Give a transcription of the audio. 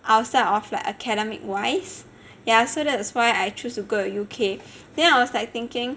outside of like academic wise ya so that's why I choose to go to U_K then I was like thinking